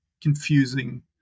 confusing